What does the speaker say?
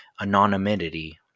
anonymity